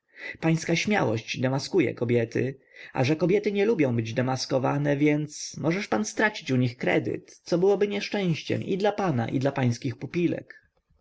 pańska śmiałość demaskuje kobiety a że kobiety nie lubią być demaskowane więc możesz pan stracić u nich kredyt co byłoby nieszczęściem i dla pana i dla pańskich pupilek